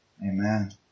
Amen